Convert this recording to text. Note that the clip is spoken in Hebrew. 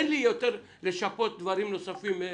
אין לי יותר כדי לשפות דברים נוספים.